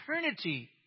eternity